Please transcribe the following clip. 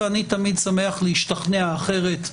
ואני תמיד שמח להשתכנע אחרת בדיונים.